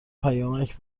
پیامک